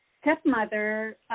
stepmother